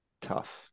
tough